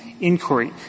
inquiry